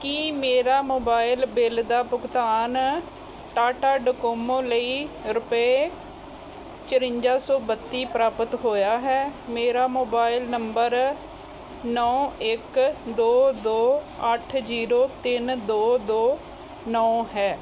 ਕੀ ਮੇਰਾ mobile bill ਦਾ ਭੁਗਤਾਨ ਟਾਟਾ ਡੋਕੋਮੋ ਲਈ ਰੁਪਏ ਚੁਰੰਜਾ ਸੌ ਬੱਤੀ ਪ੍ਰਾਪਤ ਹੋਇਆ ਹੈ ਮੇਰਾ ਮੋਬਾਈਲ ਨੰਬਰ ਨੌਂ ਇੱਕ ਦੋ ਦੋ ਅੱਠ ਜ਼ੀਰੋ ਤਿੰਨ ਦੋ ਦੋ ਨੌਂ ਹੈ